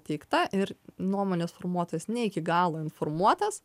teikta ir nuomonės formuotojas ne iki galo informuotas